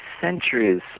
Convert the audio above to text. centuries